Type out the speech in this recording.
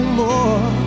more